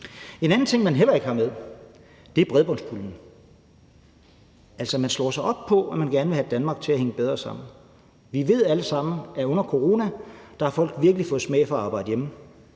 En anden ting, man heller ikke har med, er bredbåndspuljen. Altså, man slår sig op på, at man gerne vil have Danmark til at hænge bedre sammen. Vi ved alle sammen, at under coronaen har folk virkelig fået smag for at arbejde hjemme.